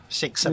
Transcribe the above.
six